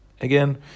again